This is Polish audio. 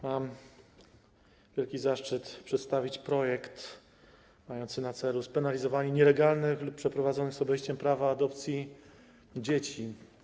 Mam wielki zaszczyt przedstawić projekt mający na celu spenalizowanie nielegalnych lub przeprowadzonych z obejściem prawa adopcji dzieci.